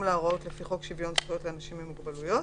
להוראות לפי חוק שוויון זכויות לאנשים עם מוגבלויות,